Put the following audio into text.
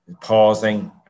pausing